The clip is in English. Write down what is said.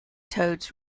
toads